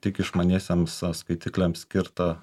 tik išmaniesiems skaitikliams skirtą